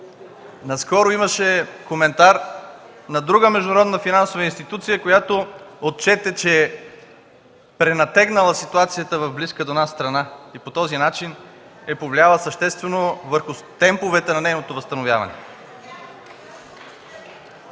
Наскоро имаше коментар на друга международна финансова институция, която отчете, че е пренатегнала ситуацията в близка до нас страна и по този начин е повлияла съществено върху темповете на нейното възстановяване.